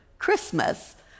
Christmas